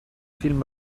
film